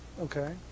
okay